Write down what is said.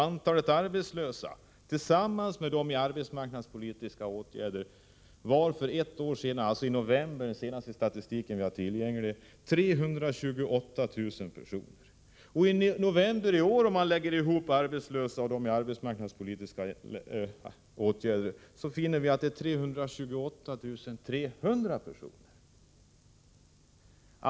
Antalet arbetslösa tillsammans med dem som är i olika arbetsmarknadspolitiska åtgärder var för ett år sedan, alltså i november 1983, enligt den senaste statistik som är tillgänglig 328 000 personer. I november i år var det 328 300 personer som var arbetslösa eller i arbetsmarknadspolitiska åtgärder.